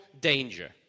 danger